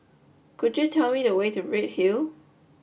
could you tell me the way to Redhill